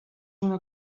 una